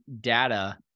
data